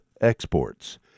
exports